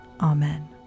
Amen